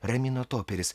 ramino toperis